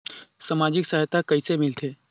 समाजिक सहायता कइसे मिलथे?